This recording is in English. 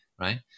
right